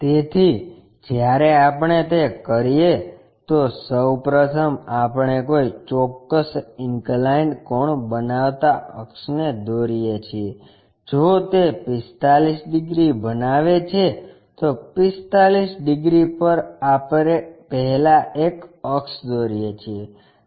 તેથી જ્યારે આપણે તે કરીએ તો સૌ પ્રથમ આપણે કોઈ ચોક્કસ ઇન્કલાઇન્ડ કોણ બનાવતા અક્ષને દોરીએ છીએ જો તે 45 ડિગ્રી બનાવે છે તો 45 ડિગ્રી પર આપણે પહેલા એક અક્ષ દોરીએ છીએ